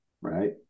right